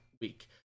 week